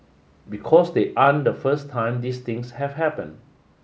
because they aren't the first time these things have happened